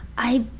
i.